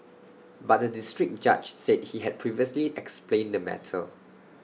but the District Judge said he had previously explained the matter